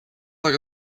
like